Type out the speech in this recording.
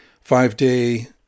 five-day